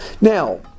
Now